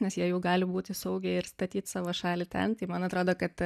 nes jie jau gali būti saugiai ir statyt savo šalį ten man atrodo kad